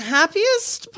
happiest